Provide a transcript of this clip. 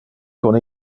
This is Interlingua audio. con